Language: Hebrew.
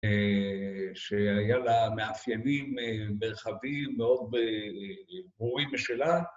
שהיה לה מאפיינים מרחביים מאוד ברורים משלה.